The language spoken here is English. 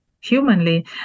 humanly